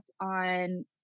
on